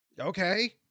Okay